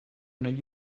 negli